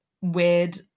weird